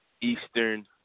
Eastern